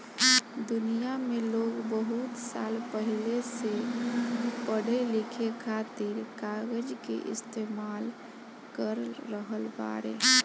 दुनिया में लोग बहुत साल पहिले से पढ़े लिखे खातिर कागज के इस्तेमाल कर रहल बाड़े